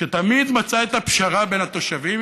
תמיד מצא את הפשרה בין התושבים.